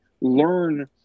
learn